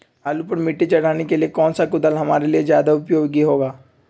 आलू पर मिट्टी चढ़ाने के लिए कौन सा कुदाल हमारे लिए ज्यादा उपयोगी होगा?